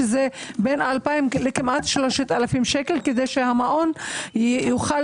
שזה בין 2,000 לכמעט 3,000 שקלים כדי שהמעון יוכל